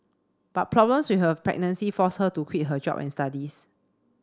but problems with her pregnancy forced her to quit her job and studies